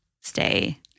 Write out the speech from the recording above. stay